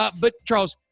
but but, charles,